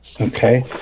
Okay